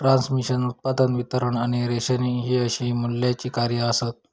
transmission, उत्पादन, वितरण आणि रेशनिंग हि अशी मूल्याची कार्या आसत